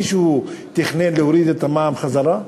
מישהו תכנן להוריד את המע"מ חזרה?